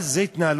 מה, זה התנהלות?